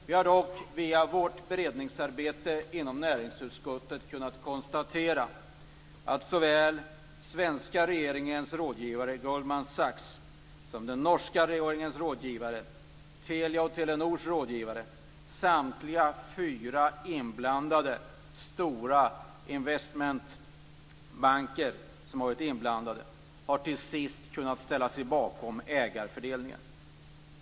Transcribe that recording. Vi har dock via vårt beredningsarbete i näringsutskottet kunnat konstatera att såväl den svenska regeringens rådgivare, Goldman Sachs, som den norska regeringens rådgivare samt Telias och Telenors rådgivare - det gäller då samtliga fyra inblandade stora investmentbanker - till sist har kunnat ställa sig bakom ägarfördelningen.